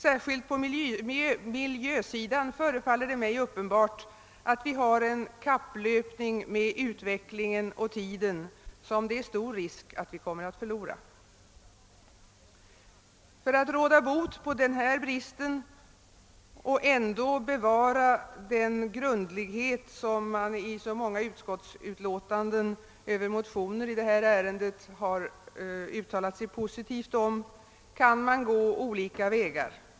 Särskilt på miljösidan förefaller det mig uppenbart att vi har en kapplöpning med utvecklingen och tiden, som det är stor risk att vi kommer att förlora. För att råda bot på denna brist och ändå bevara den grundlighet, som man i så många utskottsutlåtanden över motioner i detta ärende har uttalat sig positivt om, kan man gå olika vägar.